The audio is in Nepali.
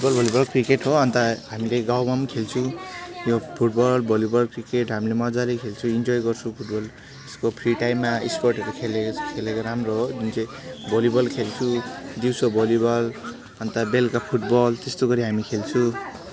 फुटबल भलिबल क्रिकेट हो अन्त हामीले गाउँ गाउँम खेल्छु यो फुटबल भलिबल क्रिकेट हामीले मजाले खेल्छु इन्जोई गर्छु फुटबल यसको फ्री टाइममा स्पोर्टहरू खेलेको चाहिँ खेलेको राम्रो हो जुन चाहिँ भलिबल खेल्छु दिउँसो भलिबल अन्त बेलुका फुटबल त्यस्तो गरी हामी खेल्छौँ